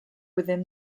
within